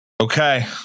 Okay